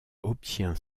obtient